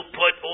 put